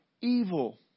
evil